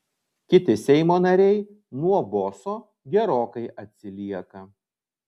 kiti seimo nariai nuo boso gerokai atsilieka